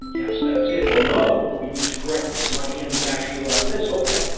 yes, that's it or, no, we need to correct this. my hand is actually like this. ok.